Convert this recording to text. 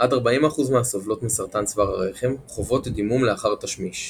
עד 40% מהסובלות מסרטן צוואר הרחם חוות דימום לאחר תשמיש.